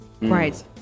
Right